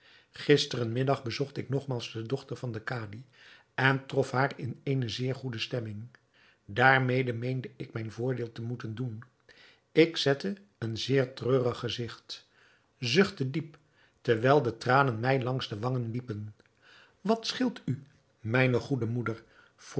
middag bezocht ik nogmaals de dochter van den kadi en trof haar in eene zeer goede stemming daarmede meende ik mijn voordeel te moeten doen ik zette een zeer treurig gezigt zuchtte diep terwijl de tranen mij langs de wangen liepen wat scheelt u mijne goede moeder